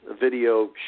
video